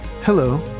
Hello